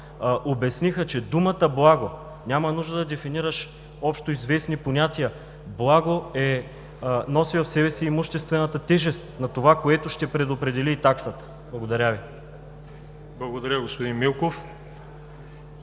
обясниха, че за думата „благо“ няма нужда да дефинираш общо известни понятия – „благо“ носи в себе си имуществената тежест на това, което ще предопредели и таксата. Благодаря Ви. ПРЕДСЕДАТЕЛ ВАЛЕРИ